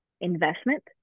investment